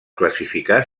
classificar